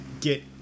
get